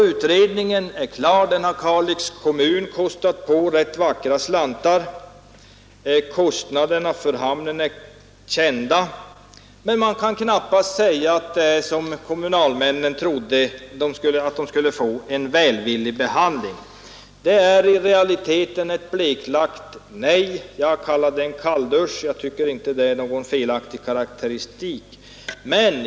Utredningen är nu klar — Kalix kommun har betalat rätt vackra slantar för den — kostnaderna för hamnen är kända. Man kan emellertid knappast säga att frågan har fått den välvilliga behandling som kommunalmännen räknade med. Det är i realiteten fråga om ett bleklagt nej. Jag kallar det en kalldusch; jag tycker inte att det är någon felaktig karakteristik.